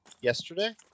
yesterday